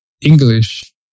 English